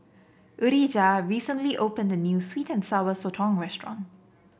Urijah recently opened a new sweet and Sour Sotong restaurant